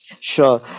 Sure